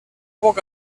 poc